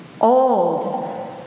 old